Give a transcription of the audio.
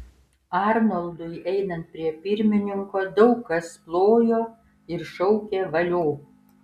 arnoldui einant prie pirmininko daug kas plojo ir šaukė valio